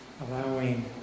allowing